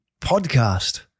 podcast